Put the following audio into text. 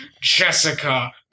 Jessica